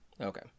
okay